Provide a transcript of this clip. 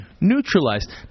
Neutralized